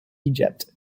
egypt